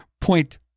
Point